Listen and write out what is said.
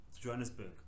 johannesburg